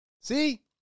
See